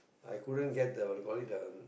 I couldn't get the what you call it the